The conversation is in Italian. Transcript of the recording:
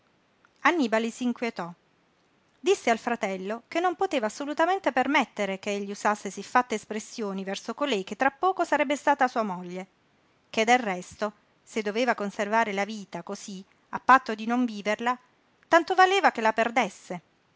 delitto annibale s'inquietò disse al fratello che non poteva assolutamente permettere ch'egli usasse siffatte espressioni verso colei che tra poco sarebbe stata sua moglie che del resto se doveva conservare la vita cosí a patto di non viverla tanto valeva che la perdesse